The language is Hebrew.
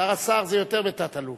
אתה רס"ר, זה יותר מתת-אלוף.